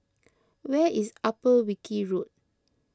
where is Upper Wilkie Road